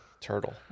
Turtle